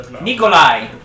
Nikolai